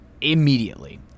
immediately